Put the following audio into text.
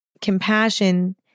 compassion